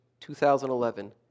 2011